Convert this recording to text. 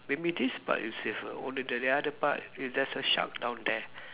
maybe this part is safer only that the other part is there's a shark down there